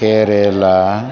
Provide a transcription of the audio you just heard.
Kerala